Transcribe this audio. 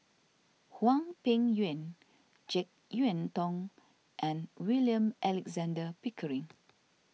Hwang Peng Yuan Jek Yeun Thong and William Alexander Pickering